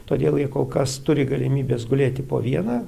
todėl jie kol kas turi galimybes gulėti po vieną